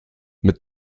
mit